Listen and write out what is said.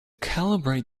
calibrate